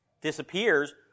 disappears